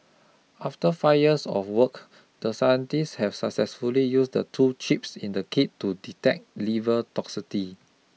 after five years of work the scientists have successfully used the two chips in the kit to detect liver toxicity